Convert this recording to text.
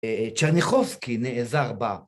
צ'רניחובסקי נעזר בה.